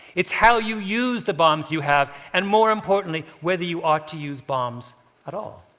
it's how you use the bombs you have, and more importantly, whether you ought to use bombs at all.